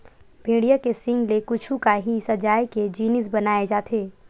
भेड़िया के सींग ले कुछु काही सजाए के जिनिस बनाए जाथे